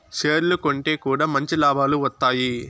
షేర్లు కొంటె కూడా మంచి లాభాలు వత్తాయి